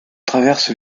traverse